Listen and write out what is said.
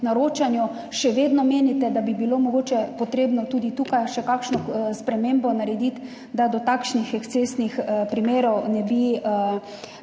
Še vedno menite, da bi bilo mogoče potrebno tudi tukaj še kakšno spremembo narediti, da do takšnih ekscesnih primerov ne bi prihajalo?